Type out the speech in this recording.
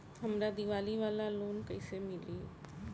हमरा दीवाली वाला लोन कईसे मिली?